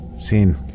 seen